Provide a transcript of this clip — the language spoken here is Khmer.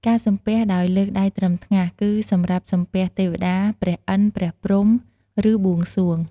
ការសំពះដោយលើកដៃត្រឹមថ្ងាស គឺសម្រាប់សំពះទេវតា ព្រះឥន្ទ ព្រះព្រហ្ម ឬបួងសួង។